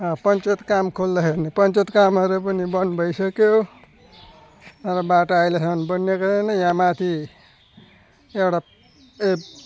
पञ्चात काम खुल्दाखेरि नि पञ्चात कामहरू पनि बन्द भइसक्यो र बाटो अहिलेसम्म बनिएको छैन यहाँ माथि एउटा ए